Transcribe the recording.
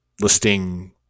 listing